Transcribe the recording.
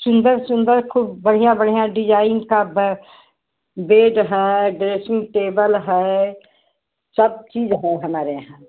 सुन्दर सुन्दर खूब बढ़िया बढ़िया डिजाइन का बे बेड है ड्रेसिंग टेबल है सब चीज़ है हमारे यहाँ